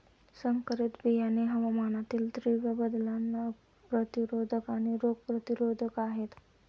संकरित बियाणे हवामानातील तीव्र बदलांना प्रतिरोधक आणि रोग प्रतिरोधक आहेत